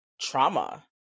trauma